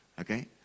Okay